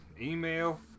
email